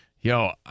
yo